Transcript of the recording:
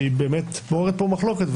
שהיא באמת מעוררת פה מחלוקת,